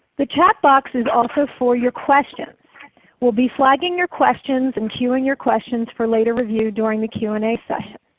the chat box is also for your questions will be flagging your questions and cuing your questions for later review during the q and a section.